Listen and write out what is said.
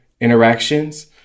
interactions